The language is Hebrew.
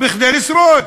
כדי לשרוד,